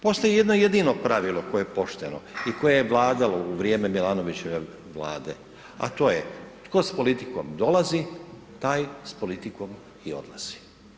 Postoji jedno jedino pravilo koje je pošteno i koje je vladalo u vrijeme Milanovićeve vlade, a to je tko s politikom dolazi taj i s politikom odlazi.